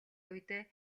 үедээ